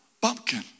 bumpkin